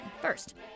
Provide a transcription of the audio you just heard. first